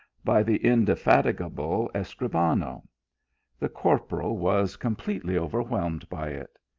by the indefatigable escribano the corporal was completely overwhelmed by it.